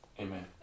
Amen